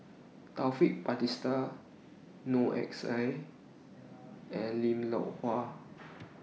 Taufik Batisah Noor X I and Lim Loh Huat